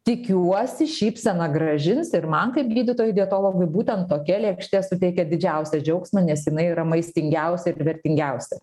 tikiuosi šypseną grąžins ir man kaip gydytojui dietologui būtent tokia lėkštė suteikia didžiausią džiaugsmą nes jinai yra maistingiausia ir vertingiausia